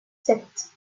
sept